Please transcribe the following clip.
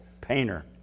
painter